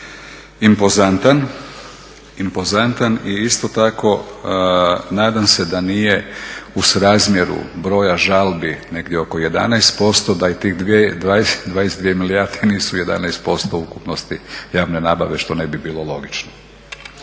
impozantan i isto tako nadam se da nije u srazmjeru broj žalbi negdje oko 11% da i te 22 milijarde nisu 11% ukupnosti javne nabave što ne bi bilo logično.